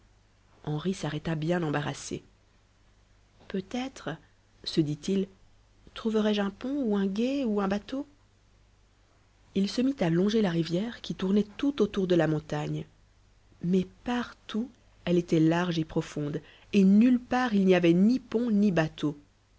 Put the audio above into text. henri s'arrêta bien embarrassé peut-être se dit-il trouverai-je un pont ou un gué ou un bateau il se mit à longer la rivière qui tournait tout autour de la montagne mais partout elle était large et profonde et nulle part il n'y avait ni pont ni bateau